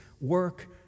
work